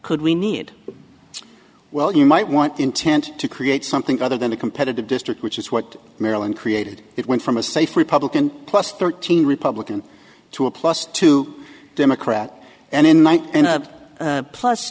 could we need well you might want intent to create something other than a competitive district which is what maryland created it went from a safe republican plus thirteen republican to a plus two democrat and in